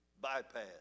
bypass